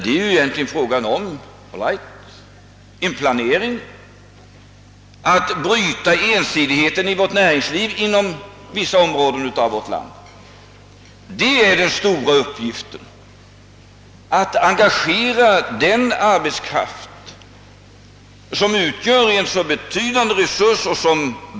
Det är egentligen fråga om att planera, att bryta ensidigheten i näringslivet inom vissa områden av vårt land. Det skall inte råda någon tvekan om att det är den stora uppgiften — att engagera den arbetskraft som utgör en så betydande resurs.